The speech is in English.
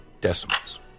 decimals